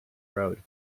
road